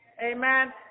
Amen